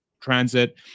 transit